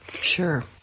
Sure